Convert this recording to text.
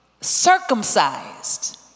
circumcised